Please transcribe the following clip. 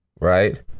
right